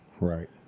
Right